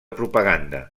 propaganda